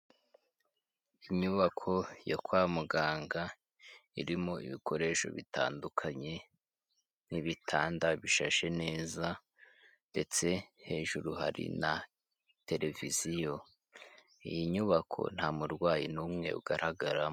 Inyubako yo kwa muganga irimo ibikoresho bitandukanye nk'ibitanda bishashe neza ndetse hejuru hari na televiziyo, iyi nyubako nta murwayi n'umwe ugaragaramo.